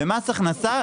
במס הכנסה,